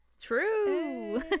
True